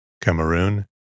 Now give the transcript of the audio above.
Cameroon